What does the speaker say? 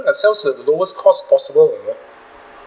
ourselves to the lowest cost possible you know